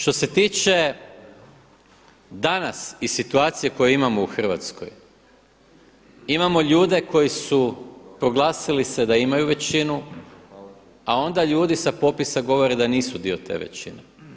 Što se tiče danas i situacije koju imamo u Hrvatskoj, imamo ljude koji su proglasili se da imaju većinu, onda ljudi sa popisa govore da nisu dio te većine.